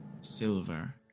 silver